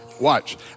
Watch